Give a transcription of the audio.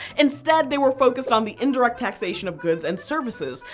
instead, they were focused on the indirect taxation of goods and services,